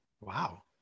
Wow